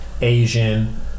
asian